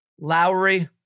Lowry